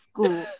School